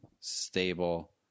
stable